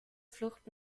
flucht